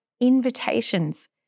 invitations